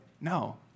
No